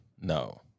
No